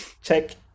check